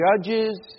judges